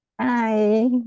hi